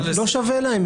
לא שווה להם,